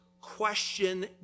question